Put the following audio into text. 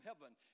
heaven